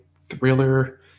thriller